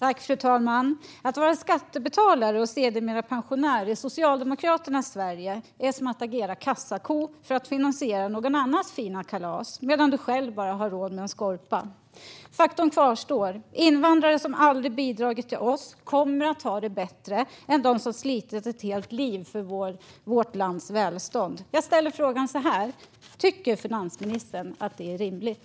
Fru talman! Att vara skattebetalare och sedermera pensionär i Socialdemokraternas Sverige är som att agera kassako för att finansiera någon annans fina kalas medan du själv bara har råd med en skorpa. Faktum kvarstår: Invandrare som aldrig har bidragit till oss kommer att ha det bättre än de som har slitit ett helt liv för vårt lands välstånd. Jag ställer frågan så här: Tycker finansministern att detta är rimligt?